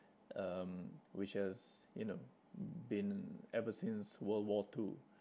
um which has you know been ever since world war two